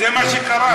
זה מה שקרה.